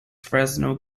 fresno